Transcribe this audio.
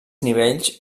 nivells